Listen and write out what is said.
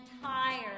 entire